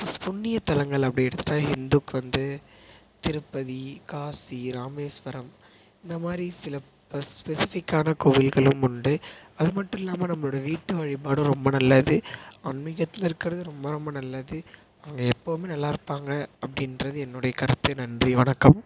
ஸ் புண்ணியத்தலங்கள் அப்படி எடுத்துகிட்டா ஹிந்துக்கு வந்து திருப்பதி காசி ராமேஸ்வரம் இந்தமாதிரி சில ஸ்ப் ஸ்பெசிஃபிக்கான கோவில்களும் உண்டு அது மட்டும் இல்லாமல் நம்மளோட வீட்டு வழிபாடும் ரொம்ப நல்லது ஆன்மீகத்தில் இருக்கிறது ரொம்ப ரொம்ப நல்லது அவங்க எப்போவுமே நல்லா இருப்பாங்க அப்படின்றது என்னுடைய கருத்து நன்றி வணக்கம்